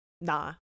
nah